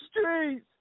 Streets